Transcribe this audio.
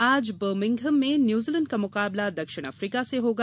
आज बरमिंघम में न्यूजीलैंड का मुकाबला दक्षिण अफ्रीका से होगा